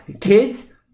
kids